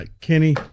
Kenny –